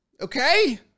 okay